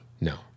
No